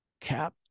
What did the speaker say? cap